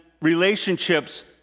relationships